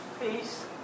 Peace